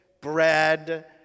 bread